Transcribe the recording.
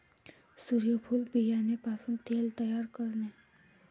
सूर्यफूल बियाणे पासून तेल तयार करणे